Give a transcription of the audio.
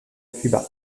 cuba